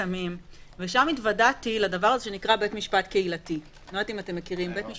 הסמים ושם התוועדתי לדבר שנקרא בית משפט קהילתי זה